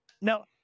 No